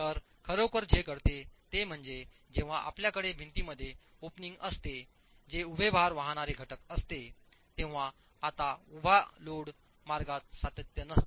तर खरोखर जे घडते ते म्हणजे जेव्हा आपल्याकडे भिंतीमध्ये ओपनिंग असते जे उभे भार वाहणारे घटक असते तेव्हा आताउभ्या लोड मार्गातसातत्यनसते